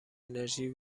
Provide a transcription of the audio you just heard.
انرژی